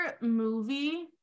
movie